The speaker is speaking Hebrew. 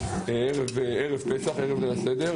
ערב ליל הסדר,